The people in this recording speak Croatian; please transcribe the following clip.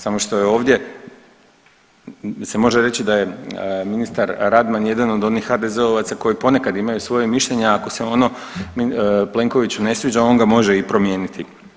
Samo što je ovdje se može reći da je ministar Radman jedan od onih HDZ-ovaca koji ponekad imaju svoje mišljenje, a ako se ono Plenkoviću ne sviđa on ga može i promijeniti.